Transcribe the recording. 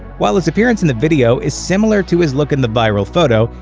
while his appearance in the video is similar to his look in the viral photo,